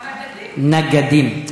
נגדים.